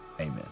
amen